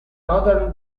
modern